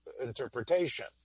interpretation